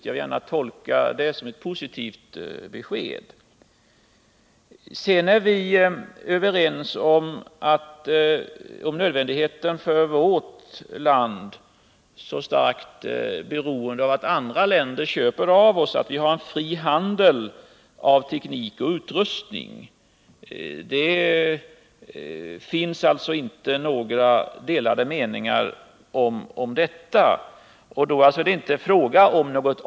Jag vill tolka det som ett positivt besked. Vi är vidare överens om nödvändigheten av att vårt land, som är så starkt beroende av att andra länder köper av oss, har en fri handel med teknik och utrustning. Det är följaktligen inte fråga om något avskärmande från utlandet.